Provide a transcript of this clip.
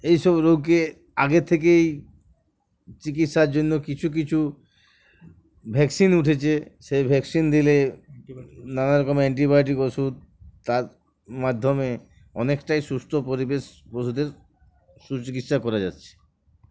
এইসব রোগকে আগে থেকেই চিকিৎসার জন্য কিছু কিছু ভ্যাকসিন উঠেছে সেই ভ্যাকসিন দিলে নানাারকম অ্যান্টিবায়োটিক ওষুধ তার মাধ্যমে অনেকটাই সুস্থ পরিবেশ ওষুধের সুচিকিৎসা করা যাচ্ছে